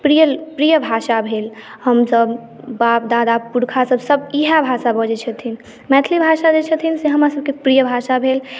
प्रिय प्रिय भाषा भेल हमसब बाप दादा पुरखा सब सब इएह भाषा बजै छथिन मैथिली भाषा जे छथिन से हमर सबकेँ प्रिय भाषा भेल